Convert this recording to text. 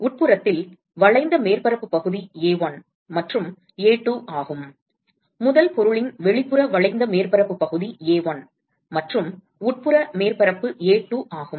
உட்புறத்தில் வளைந்த மேற்பரப்பு பகுதி A1 மற்றும் A2 ஆகும் முதல் பொருளின் வெளிப்புற வளைந்த மேற்பரப்பு பகுதி A1 மற்றும் உட்புற மேற்பரப்பு A2 ஆகும்